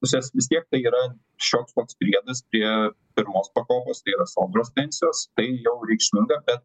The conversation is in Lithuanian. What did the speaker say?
pusės vis tiek tai yra šioks toks priedas prie pirmos pakopos tai yra sodros pensijos tai jau reikšminga bet